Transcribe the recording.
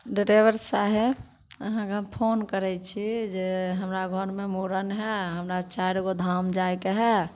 driver साहेब अहाँके हम फोन करय छी जे हमरा घरमे मूड़न हइ हमरा चारि गो धाम जाइके हइ